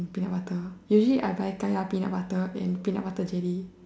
peanut butter usually I buy kaya peanut butter and peanut butter jelly